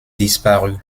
disparu